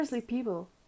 people